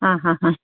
ആ ആ ആ